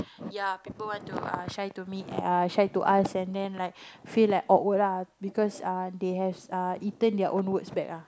ya people want to uh shy to me uh shy to us and then like feel like awkward ah because uh they have uh eaten their own words back ah